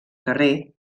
carrer